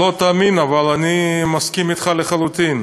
לא תאמין, אבל אני מסכים אתך לחלוטין,